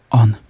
on